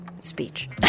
speech